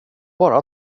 bara